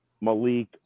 Malik